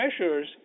measures